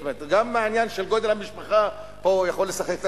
זאת אומרת גם העניין של גודל המשפחה יכול לשחק פה